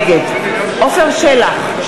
נגד עפר שלח,